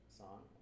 song